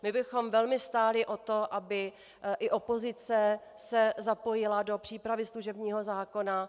My bychom velmi stáli o to, aby i opozice se zapojila do přípravy služebního zákona.